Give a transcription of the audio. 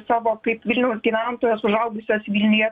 savo kaip vilniaus gyventojos užaugusios vilniuje